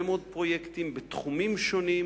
הרבה מאוד פרויקטים בתחומים שונים,